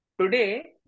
today